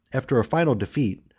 after a final defeat,